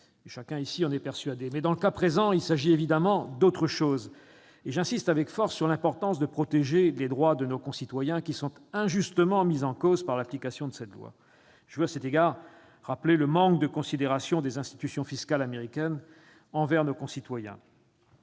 Chacun ici en est persuadé. Toutefois, dans le cas présent, il s'agit évidemment d'autre chose, et j'insiste avec force sur la nécessité de protéger les droits de nos concitoyens injustement mis en cause par l'application de cette loi. Je veux à cet égard rappeler le manque de considération des institutions fiscales américaines envers nos concitoyens.